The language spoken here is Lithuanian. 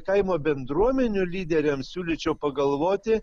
kaimo bendruomenių lyderiams siūlyčiau pagalvoti